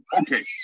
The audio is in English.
Okay